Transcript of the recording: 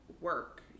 work